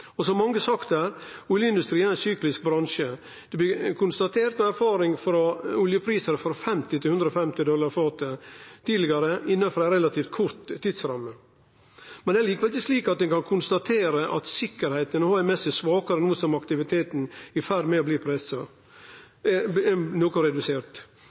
tidlegare. Som mange har sagt her, er oljeindustrien ein syklisk bransje. Dette blir konstatert etter erfaring med oljeprisar frå 50 dollar til 150 dollar fatet tidlegare – innanfor ei relativt kort tidsramme. Det er likevel ikkje slik at ein kan konstatere at sikkerheita, HMS, er svakare no som aktiviteten er i ferd med å bli noko redusert.